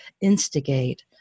instigate